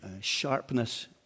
sharpness